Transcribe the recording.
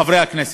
חברי הכנסת,